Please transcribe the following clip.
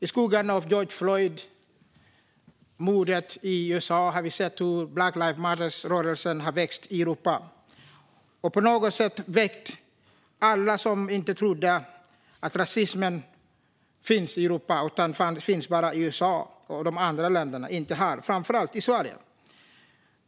I skuggan av George Floyd-mordet i USA har vi sett hur Black Lives Matter-rörelsen har växt i Europa och på något sätt väckt alla som inte trodde att rasismen fanns i Europa utan bara i USA och de andra länderna. Det gäller framför allt i Sverige.